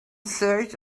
search